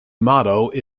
motto